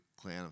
clan